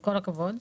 כל הכבוד.